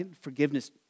forgiveness